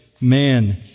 man